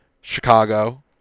Chicago